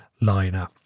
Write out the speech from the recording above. liner